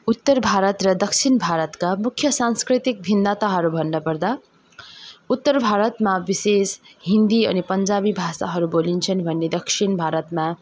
उत्तर भारत र दक्षिण भारतका मुख्य सांस्कृतिक भिन्नताहरू भन्नु पर्दा उत्तर भारतमा विशेष हिन्दी अनि पन्जाबी भाषाहरू बोलिन्छन् भने दक्षिण भारतमा